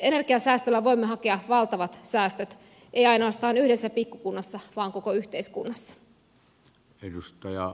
energiansäästöllä voimme hakea valtavat säästöt ei ainoastaan yhdessä pikku kunnassa vaan koko yhteiskunnassa